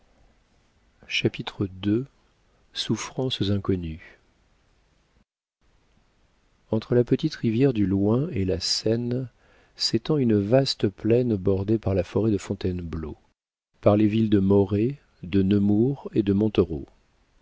souffrances inconnues entre la petite rivière du loing et la seine s'étend une vaste plaine bordée par la forêt de fontainebleau par les villes de moret de nemours et de